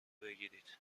بگیرید